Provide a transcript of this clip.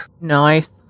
Nice